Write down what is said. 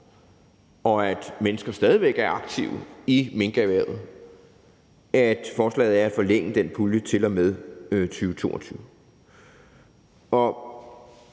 og at mennesker stadig væk er aktive i minkerhvervet – at forlænge den pulje til og med 2022.